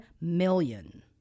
million